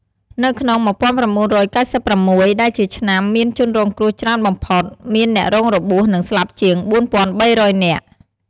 នៅក្នុង១៩៩៦ ដែលជាឆ្នាំមានជនរងគ្រោះច្រើនបំផុត មានអ្នករងរបួស និងស្លាប់ជាង ៤,៣០០ នាក់។